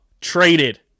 traded